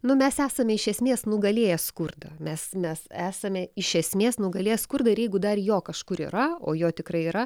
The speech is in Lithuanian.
nu mes esame iš esmės nugalėję skurdą mes mes esame iš esmės nugalėję skurdą ir jeigu dar jo kažkur yra o jo tikrai yra